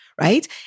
right